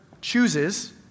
chooses